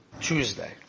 Tuesday